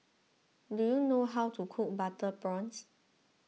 do you know how to cook Butter Prawns